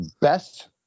Best